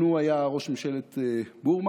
או נו היה ראש ממשלת בורמה,